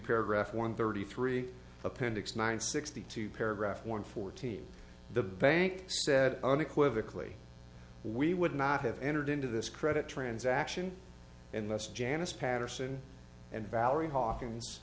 paragraph one thirty three appendix nine sixty two paragraph one fourteen the bank said unequivocally we would not have entered into this credit transaction unless janice patterson and valerie hawkins